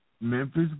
Memphis